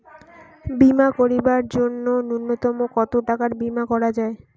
বীমা করিবার জন্য নূন্যতম কতো টাকার বীমা করা যায়?